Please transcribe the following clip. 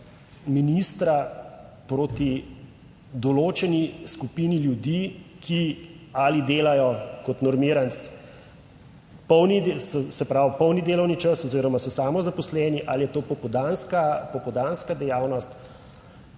ministra proti določeni skupini ljudi, ki ali delajo kot normiranec, se pravi polni delovni čas oziroma so samozaposleni, ali je to popoldanska,